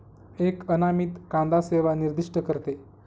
एक अनामित कांदा सेवा निर्दिष्ट करते